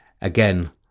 Again